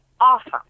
Awesome